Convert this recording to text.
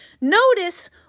Notice